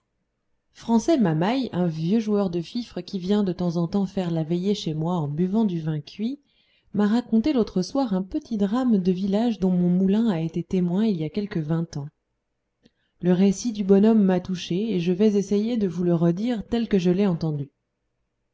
francet mamaï un vieux joueur de fifre qui vient de temps en temps faire la veillée chez moi en buvant du vin cuit m'a raconté l'autre soir un petit drame de village dont mon moulin a été témoin il y a quelque vingt ans le récit du bonhomme m'a touché et je vais essayer de vous le redire tel que je l'ai entendu